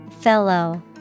Fellow